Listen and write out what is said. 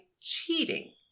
cheating